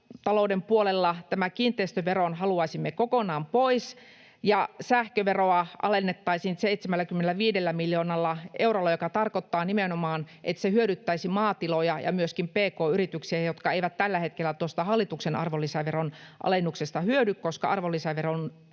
Maatilatalouden puolella tämän kiinteistöveron haluaisimme kokonaan pois, ja sähköveroa alennettaisiin 75 miljoonalla eurolla, joka tarkoittaa nimenomaan, että se hyödyttäisi maatiloja ja myöskin pk-yrityksiä, jotka eivät tällä hetkellä tuosta hallituksen arvonlisäveron alennuksesta hyödy, koska arvonlisäveron